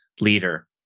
leader